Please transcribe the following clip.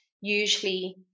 usually